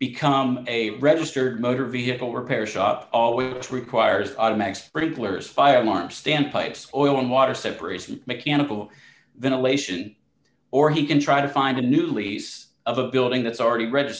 become a registered motor vehicle repair shop always requires automatic sprinklers fire alarms standpipe spoiling water separation mechanical ventilation or he can try to find a new lease of a building that's already re